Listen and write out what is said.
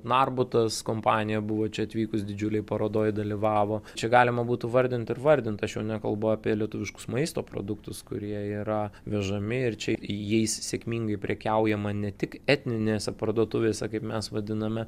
narbutas kompanija buvo čia atvykus didžiulėj parodoj dalyvavo čia galima būtų vardint ir vardint aš jau nekalbu apie lietuviškus maisto produktus kurie yra vežami ir čia jais sėkmingai prekiaujama ne tik etninėse parduotuvėse kaip mes vadiname